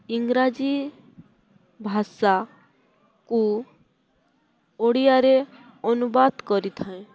ଇଂରାଜୀ ଭାଷାକୁ ଓଡ଼ିଆରେ ଅନୁବାଦ କରିଥାଏ